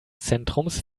zentrums